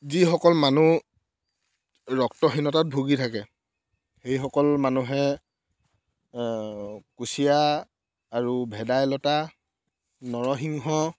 যিসকল মানুহ ৰক্তহীনতাত ভূগি থাকে সেইসকল মানুহে কুচিয়া আৰু ভেদাইলতা নৰসিংহ